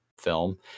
film